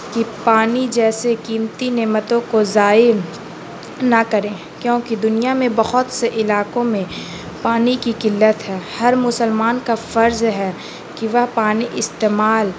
کہ پانی جیسے کییمتی نعمتوں کو ضائع نہ کریں کیونکہ دنیا میں بہت سے علاقوں میں پانی کی کلت ہے ہر مسلمان کا فرض ہے کہ وہ پانی استعمال